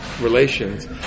relations